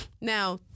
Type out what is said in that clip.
Now